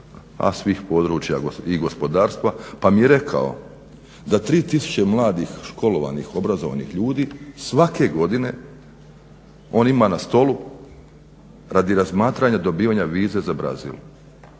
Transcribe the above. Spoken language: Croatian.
a svih područja i gospodarstva, pa mi je rekao da 3 tisuće mladih, školovanih, obrazovanih ljudi svake godine, on ima na stolu radi razmatranja dobivanja vize za Brazil,